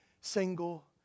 single